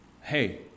hey